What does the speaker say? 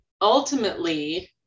ultimately